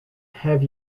have